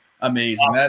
amazing